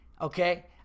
okay